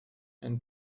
and